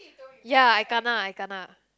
ya I kena I kena